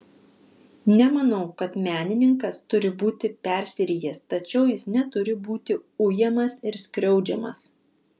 nemanau kad menininkas turi būti persirijęs tačiau jis neturi būti ujamas ir skriaudžiamas